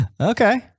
Okay